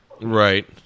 right